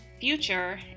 future